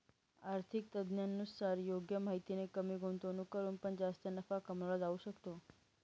आर्थिक तज्ञांनुसार योग्य माहितीने कमी गुंतवणूक करून पण जास्त नफा कमवला जाऊ शकतो